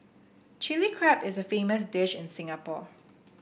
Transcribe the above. Chilli Crab is a famous dish in Singapore